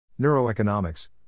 Neuroeconomics